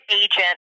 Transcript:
agent